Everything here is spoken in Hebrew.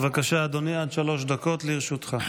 בבקשה, אדוני, עד שלוש דקות לרשותך.